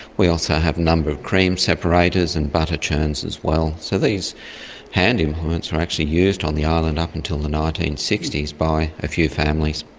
we also have a number of cream separators and butter churns as well. so these hand implements were actually used on the island up until the nineteen sixty s by a few families.